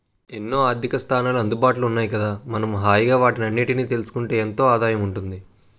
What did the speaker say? ఎన్నో ఆర్థికసాధనాలు అందుబాటులో ఉన్నాయి కదా మనం హాయిగా వాటన్నిటినీ తెలుసుకుంటే ఎంతో ఆదాయం ఉంటుంది